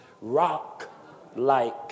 rock-like